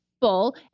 full